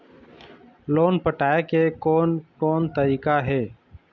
Loan पटाए के कोन कोन तरीका हे?